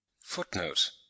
Footnote